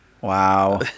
Wow